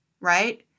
right